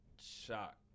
shock